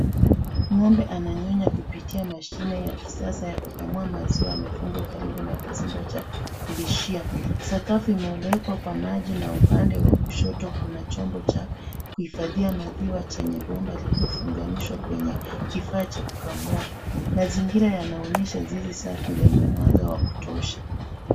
Ng'ombe ananyonya kupiti mashine ya kisasa ya kukamua maziwa amefungwa karibu na kizimba cha kulishia ,sakafu imeolekwa maji na upande wa kushoto kuna chombo cha kuhifadhia maziwa chenye bomba lililofunganishwa kwenye kifaa cha kukamua ,mazingira yanaonyasha zizi safi lenye mwanga wa kutosha.